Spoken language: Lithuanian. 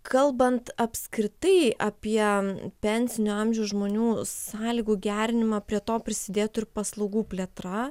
kalbant apskritai apie pensinio amžiaus žmonių sąlygų gerinimą prie to prisidėtų ir paslaugų plėtra